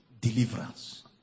deliverance